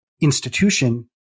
institution